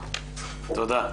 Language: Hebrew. תודה.